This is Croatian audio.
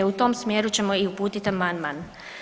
U tom smjeru ćemo i uputit amandman.